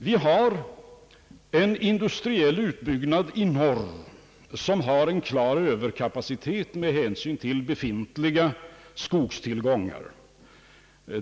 Vi har en industriell utbyggnad i norr som ger en klar överkapacitet med hänsyn till befintliga skogstillgångar.